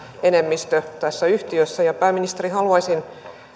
enemmistöä tässä yhtiössä ja pääministeri haluaisin